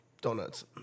Donuts